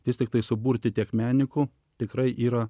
vis tiktai suburti tiek medikų tikrai yra